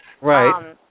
Right